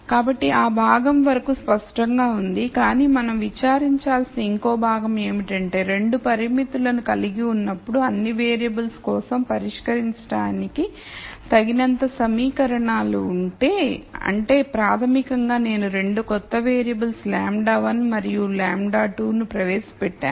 కాబట్టి ఆ భాగం వరకు స్పష్టంగా ఉంది కానీ మనం విచారించాల్సిన ఇంకో భాగం ఏమిటంటే 2 పరిమితులను కలిగి ఉన్నప్పుడు అన్ని వేరియబుల్స్ కోసం పరిష్కరించడానికి తగినంత సమీకరణాలు ఉంటే అంటే ప్రాథమికంగా నేను 2 కొత్త వేరియబుల్స్ λ1 మరియు λ2 ను ప్రవేశపెట్టాను